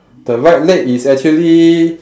the right leg is actually